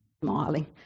smiling